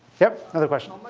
yep, another question.